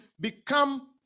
become